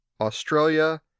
Australia